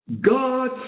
God